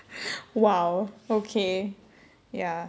!wow! okay ya